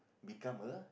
become a